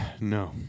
No